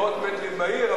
מאות מטרים בעיר,